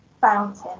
fountain